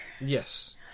yes